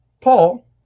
Paul